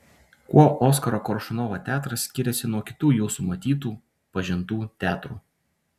kuo oskaro koršunovo teatras skiriasi nuo kitų jūsų matytų pažintų teatrų